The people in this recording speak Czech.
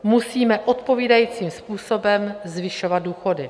Musíme odpovídajícím způsobem zvyšovat důchody.